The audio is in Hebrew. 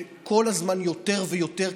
וכל הזמן יותר ויותר,